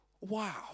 wow